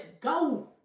go